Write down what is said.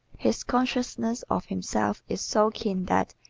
his consciousness of himself is so keen that,